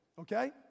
okay